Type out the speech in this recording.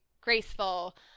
graceful